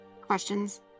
questions